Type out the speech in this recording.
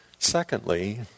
Secondly